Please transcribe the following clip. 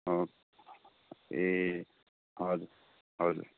हजुर ए हजुर हजुर